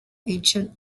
ancient